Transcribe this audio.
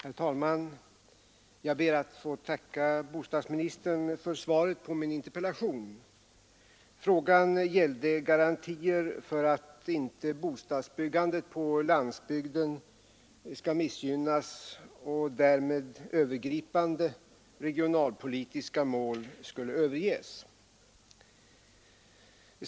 Herr talman! Jag ber att få tacka bostadsministern för svaret på min interpellation. Frågan gällde garantier för att inte bostadsbyggandet på landsbygden skall missgynnas och därmed övergripande regionalpolitiska mål skulle överges.